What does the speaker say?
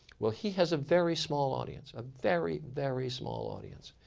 well he has a very small audience, a very, very small audience,